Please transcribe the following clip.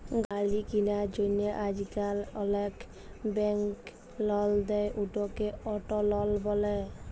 গাড়ি কিলার জ্যনহে আইজকাল অলেক ব্যাংক লল দেই, উটকে অট লল ব্যলে